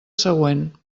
següent